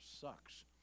sucks